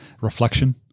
reflection